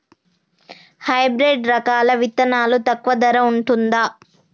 Hybrid రకాల విత్తనాలు తక్కువ ధర ఉంటుందా?